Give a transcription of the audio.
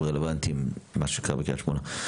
הרלוונטיים בסוף הדיון למה שקרה בקריית שמונה.